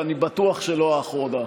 ואני בטוח שלא האחרונה.